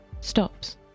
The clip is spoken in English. stops